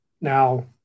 now